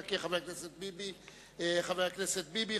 יחכה חבר הכנסת ביבי: חבר הכנסת ביבי,